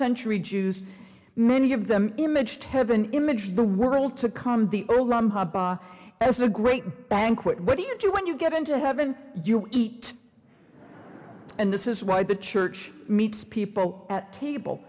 century jews many of them image heaven image the world to come the olam haba as a great banquet what do you do when you get into heaven you eat and this is why the church meets people at table